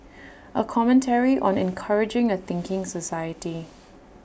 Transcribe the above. A commentary on encouraging A thinking society